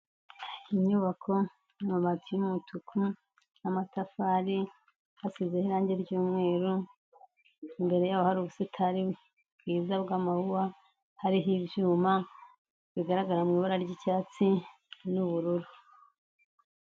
Inyubako y'amabati y'umutuku n'amatafari, hasizeho irangi ry'umweru, imbere yaho hari ubusitani bwiza bw'amahuhwa, hariho ibyuma, bigaragara mu ibara ry'icyatsi n'ubururu.